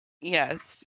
yes